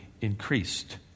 increased